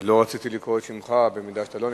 לא רציתי לקרוא את שמך במידה שאתה לא נמצא.